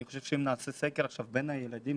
אני חושב שאם נעשה עכשיו סקר בין הילדים,